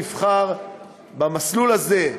במסלול הזה,